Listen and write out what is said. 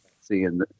seeing